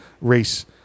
race